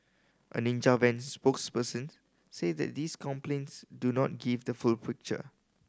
a Ninja Van spokesperson say that these complaints do not give the full picture